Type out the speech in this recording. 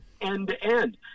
end-to-end